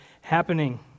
happening